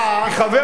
אני חרד שבפעם הבאה,